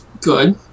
Good